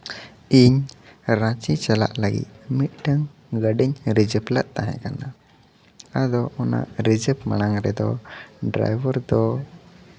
ᱤᱧ ᱨᱟᱺᱪᱤ ᱪᱟᱞᱟᱜ ᱞᱟᱹᱜᱤᱫ ᱢᱤᱫᱴᱟᱹᱱ ᱜᱟᱹᱰᱤᱧ ᱨᱤᱡᱟᱹᱵᱷ ᱞᱮᱫ ᱛᱟᱦᱮᱸ ᱠᱟᱱᱟ ᱟᱫᱚ ᱚᱱᱟ ᱨᱤᱡᱟᱹᱵᱷ ᱢᱟᱲᱟᱝ ᱨᱮᱫᱚ ᱰᱨᱟᱭᱵᱷᱟᱨ ᱫᱚ